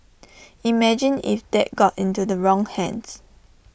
imagine if that got into the wrong hands